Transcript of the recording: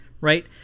right